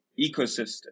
ecosystem